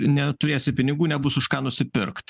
neturėsi pinigų nebus už ką nusipirkt